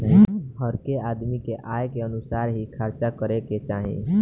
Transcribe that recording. हरेक आदमी के आय के अनुसार ही खर्चा करे के चाही